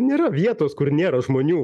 nėra vietos kur nėra žmonių